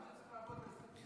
רק צריך לעבוד בשביל זה.